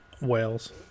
Whales